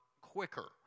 quicker